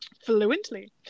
fluently